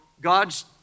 God's